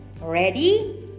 Ready